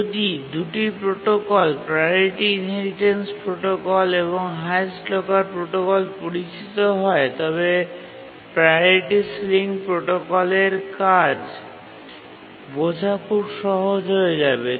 যদি এই দুটি প্রোটোকল প্রাওরিটি ইনহেরিটেন্স প্রোটোকল এবং হাইয়েস্ট লকার প্রোটোকল পরিচিত হয় তবে প্রাওরিটি সিলিং প্রোটোকলের কাজ বোঝা খুব সহজ হয়ে যাবে